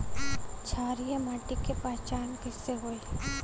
क्षारीय माटी के पहचान कैसे होई?